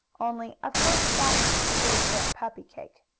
only of course splash is too big for a puppy cake.